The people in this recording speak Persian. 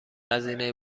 هزینه